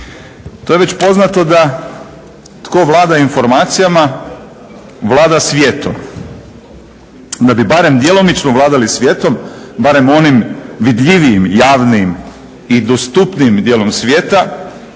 To je već poznato da tko vlada informacijama vlada svijetom. Da bi barem djelomično vladali svijetom barem onim vidljivijim javnim i dostupnijim dijelom svijeta